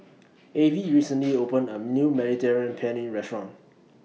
Avie recently opened A New Mediterranean Penne Restaurant